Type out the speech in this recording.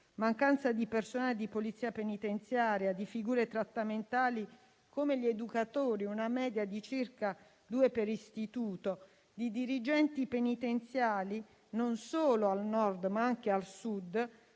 mancanza di personale di polizia penitenziaria, di figure trattamentali come gli educatori (vi è una media di circa due per istituto), di dirigenti penitenziari, non solo al Nord ma anche al Sud,